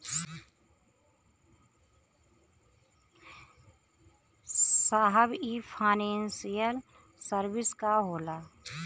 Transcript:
साहब इ financial service का होला?